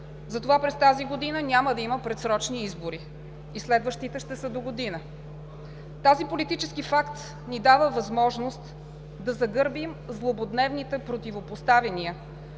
Затова през тази година няма да има предсрочни избори и следващите ще са догодина. Този политически факт ни дава възможност да загърбим злободневните противопоставяния